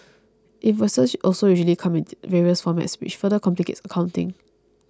invoices also usually come in various formats which further complicates accounting